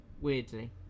weirdly